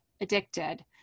addicted